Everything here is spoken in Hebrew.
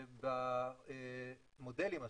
ובמודלים השונים,